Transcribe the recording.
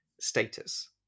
status